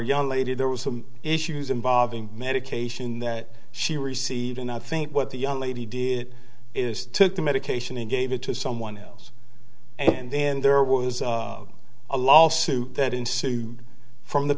young lady there was some issues involving medication that she received and i think what the young lady did is took the medication and gave it to someone else and then there was a lawsuit that ensued from the